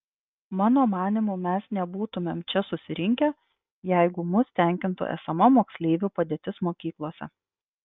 mano manymu mes nebūtumėm čia susirinkę jeigu mus tenkintų esama moksleivių padėtis mokyklose